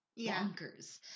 bonkers